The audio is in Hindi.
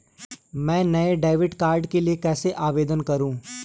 मैं नए डेबिट कार्ड के लिए कैसे आवेदन करूं?